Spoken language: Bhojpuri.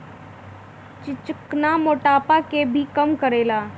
चिचिना मोटापा के भी कम करेला